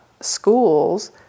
schools